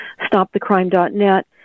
stopthecrime.net